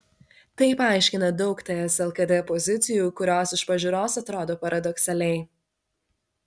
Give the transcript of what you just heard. tai paaiškina daug ts lkd pozicijų kurios iš pažiūros atrodo paradoksaliai